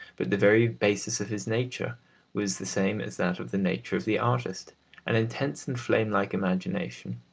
but the very basis of his nature was the same as that of the nature of the artist an intense and flamelike imagination.